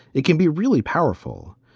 it can be really powerful.